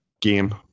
game